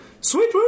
Sweet